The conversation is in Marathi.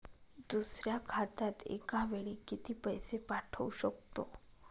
दुसऱ्या खात्यात एका वेळी किती पैसे पाठवू शकतो?